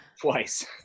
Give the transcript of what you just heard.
Twice